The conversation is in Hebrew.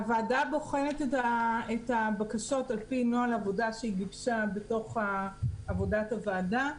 הוועדה בוחנת את הבקשות על פי נוהל עבודה שהיא ביקשה בתוך עבודת הוועדה.